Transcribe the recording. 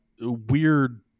weird